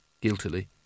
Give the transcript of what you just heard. guiltily